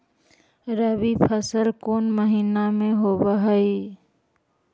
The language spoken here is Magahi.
रबी फसल कोन महिना में होब हई?